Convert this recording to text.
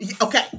Okay